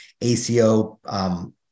ACO